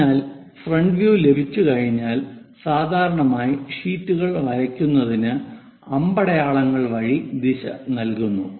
അതിനാൽ front view ലഭിച്ചു കഴിഞ്ഞാൽ സാധാരണയായി ഷീറ്റുകൾ വരയ്ക്കുന്നതിന് അമ്പടയാളങ്ങൾ വഴി ദിശ നൽകുന്നു